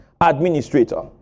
administrator